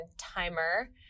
timer